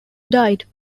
died